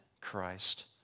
Christ